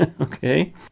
Okay